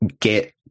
get